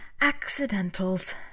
accidentals